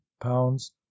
pounds